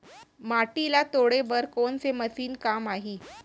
माटी ल तोड़े बर कोन से मशीन काम आही?